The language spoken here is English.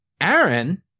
Aaron